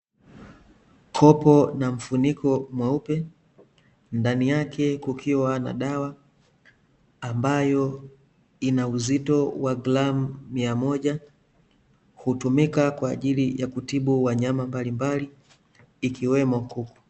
Kopo na mfuniko mweupe ndani yake kukiwa na dawa, ambayo ina uzito wa gramu mia moja, hutumika kwaajili ya kutibu wanyama mbalimbali ikiwemo kuku.